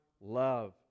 love